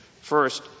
First